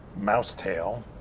mousetail